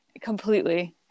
Completely